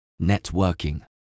networking